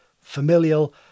familial